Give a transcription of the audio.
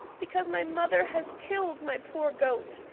because my mother has killed my poor goat,